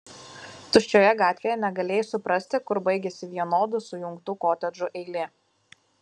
tuščioje gatvėje negalėjai suprasti kur baigiasi vienodų sujungtų kotedžų eilė